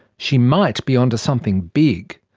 she might be onto something big.